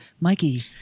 Mikey